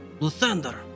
Luthander